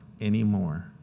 anymore